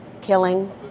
killing